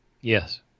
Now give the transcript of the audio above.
yes